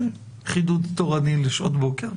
חידוד תורני לשעות בוקר.